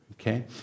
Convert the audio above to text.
okay